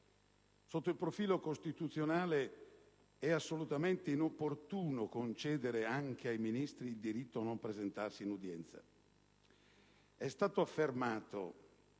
Sotto il profilo costituzionale, è assolutamente inopportuno concedere anche ai Ministri il diritto a non presentarsi in udienza.